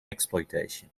exploitation